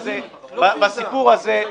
זאת ויזה עולמית.